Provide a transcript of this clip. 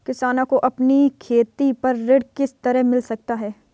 किसानों को अपनी खेती पर ऋण किस तरह मिल सकता है?